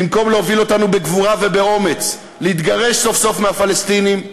במקום להוביל אותנו בגבורה ובאומץ להתגרש סוף-סוף מהפלסטינים,